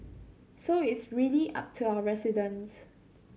so it's really up to our residents